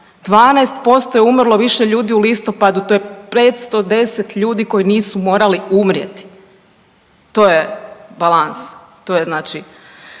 12% je umrlo više ljudi u listopadu, to je 510 ljudi koji nisu morali umrijeti. To je balans,